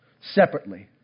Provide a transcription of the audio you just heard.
separately